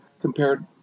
compared